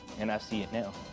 and i see it now.